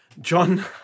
John